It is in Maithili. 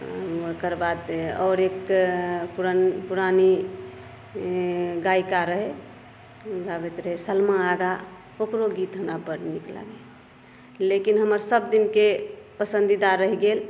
ओकर बाद आओर एक पुरानी गायिका रहै गाबैत रहै सलमा आगा ओकरो गीत हमरा बड नीक लागैया लेकिन हमर सभदिनके पसन्दीदा रहि गेल